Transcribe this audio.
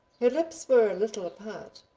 her lips were a little apart,